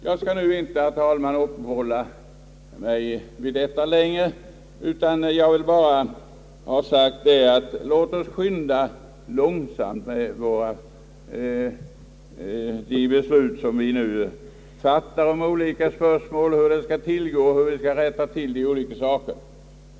Jag skall inte, herr talman, uppehålla mig längre vid denna fråga. Jag vill bara ha sagt att vi skall skynda långsamt med de beslut som vi nu fattar i olika spörsmål — hur det skall gå till och hur vi skall rätta till olika saker.